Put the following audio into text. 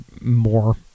more